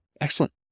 Excellent